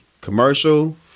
commercial